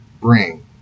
bring